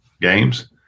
games